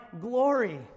glory